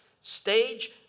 stage